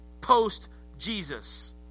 post-Jesus